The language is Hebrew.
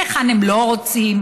היכן הם לא רוצים,